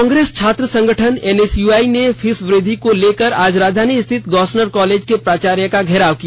कांग्रेस छात्र संगठन एनएसयूआई ने फीस वृद्धि को लेकर आज राजधानी स्थित गोस्सनर कॉलेज के प्राचार्य का घेराव किया